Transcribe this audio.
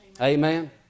Amen